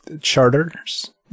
charters